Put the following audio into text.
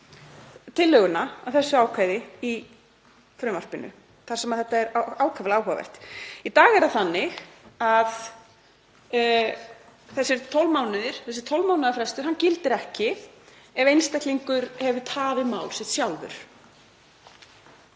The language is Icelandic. tillöguna að þessu ákvæði í frumvarpinu þar sem þetta er ákaflega áhugavert. Í dag er það þannig að þessi 12 mánaða frestur gildir ekki ef einstaklingur hefur tafið mál sitt sjálfur.